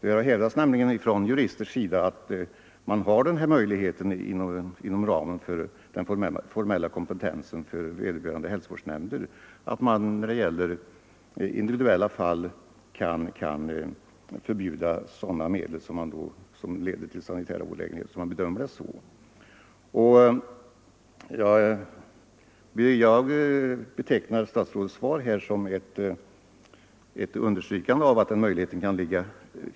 Man har nämligen hävdat från juristers sida att det ligger inom ramen för den formella kompetensen att hälsovårdsnämnden i individuella fall förbjuder användning av medel som nämnden bedömer kan leda till sanitär olägenhet. Jag betecknar statsrådets svar här som ett understrykande av att den möjligheten kan finnas.